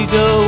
go